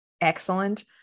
excellent